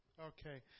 Okay